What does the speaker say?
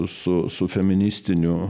su su feministiniu